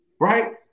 Right